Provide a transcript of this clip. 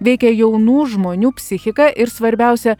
veikia jaunų žmonių psichiką ir svarbiausia